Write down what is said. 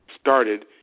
started